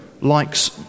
likes